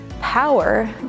Power